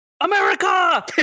America